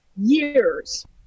Years